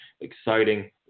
exciting